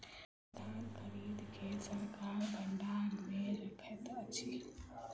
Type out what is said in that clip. धान खरीद के सरकार भण्डार मे रखैत अछि